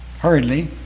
Hurriedly